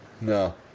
No